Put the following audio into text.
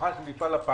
דוכן של מפעל הפיס